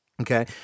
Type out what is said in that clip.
okay